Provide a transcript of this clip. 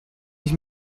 ich